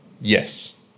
Yes